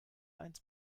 eins